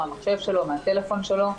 מהמחשב שלו,